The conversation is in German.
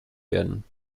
werden